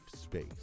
space